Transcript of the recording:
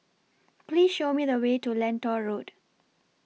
Please Show Me The Way to Lentor Road